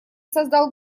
создал